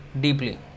deeply